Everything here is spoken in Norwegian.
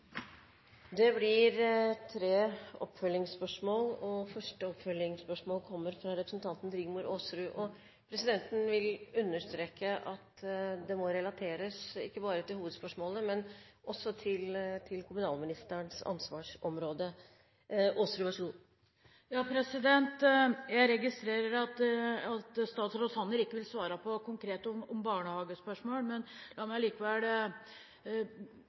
Det blir tre oppfølgingsspørsmål – først representanten Rigmor Aasrud. Presidenten vil understreke at spørsmålet må relateres ikke bare til hovedspørsmålet, men også til kommunalministerens ansvarsområde. Jeg registrerer at statsråd Sanner ikke vil svare konkret på barnehagespørsmål, men la meg